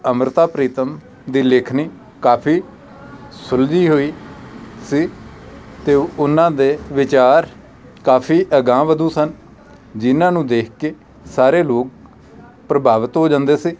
ਅੰਮ੍ਰਿਤਾ ਪ੍ਰੀਤਮ ਦੀ ਲਿਖਣੀ ਕਾਫੀ ਸੁਲਝੀ ਹੋਈ ਸੀ ਅਤੇ ਉਹਨਾਂ ਦੇ ਵਿਚਾਰ ਕਾਫੀ ਅਗਾਂਹ ਵਧੂ ਸਨ ਜਿਨ੍ਹਾਂ ਨੂੰ ਦੇਖ ਕੇ ਸਾਰੇ ਲੋਕ ਪ੍ਰਭਾਵਿਤ ਹੋ ਜਾਂਦੇ ਸੀ